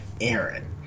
Aaron